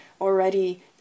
already